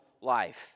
life